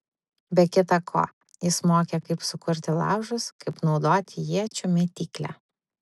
be kita ko jis mokė kaip sukurti laužus kaip naudoti iečių mėtyklę